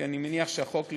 כי אני מניח שהחוק לפניכם,